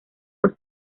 por